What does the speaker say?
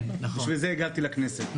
בשביל זה הגעתי לכנסת.